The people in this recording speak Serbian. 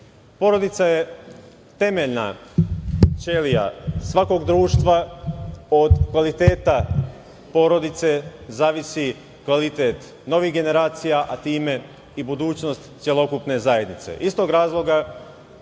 deteta. Porodica je temeljna ćelija svakog društva. Od kvaliteta porodice zavisi kvalitet novih generacija, a time i budućnost celokupne zajednice. Iz tog razloga